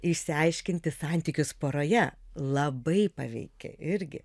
išsiaiškinti santykius poroje labai paveiki irgi